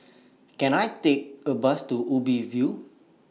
Can I Take A Bus to Ubi View